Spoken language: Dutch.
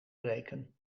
breken